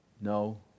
No